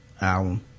album